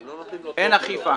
הם לא נותנים דוח.